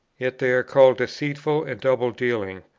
yet they are called deceitful and double-dealing,